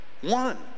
one